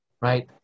right